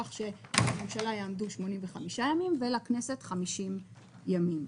כך שלממשלה יעמדו 85 ימים ולכנסת 50 ימים.